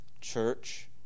church